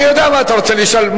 אני יודע מה אתה רוצה לשאול,